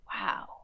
Wow